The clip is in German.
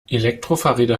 elektrofahrräder